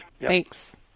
Thanks